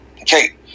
Okay